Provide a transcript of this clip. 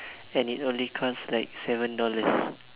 and it only cost like seven dollars